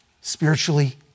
spiritually